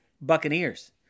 Buccaneers